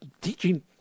teaching